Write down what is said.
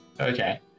Okay